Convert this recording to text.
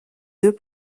deux